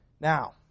Now